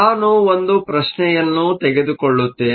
ನಾನು ಒಂದು ಪ್ರಶ್ನೆಯನ್ನು ತೆಗೆದುಕೊಳ್ಳುತ್ತೇನೆ